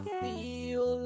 feel